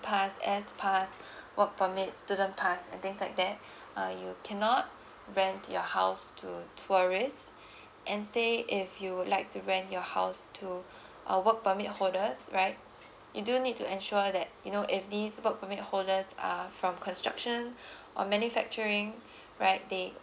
pass as pass work permit student pass and things like that uh you cannot rent your house to a tourist and say if you would like to rent your house to a work permit holders right you do need to ensure that you know if these work permit holders are from construction or manufacturing right they